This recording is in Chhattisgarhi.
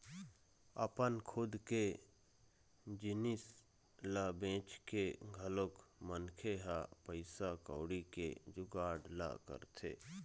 अपन खुद के जिनिस ल बेंच के घलोक मनखे ह पइसा कउड़ी के जुगाड़ ल करथे